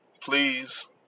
please